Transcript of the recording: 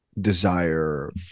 desire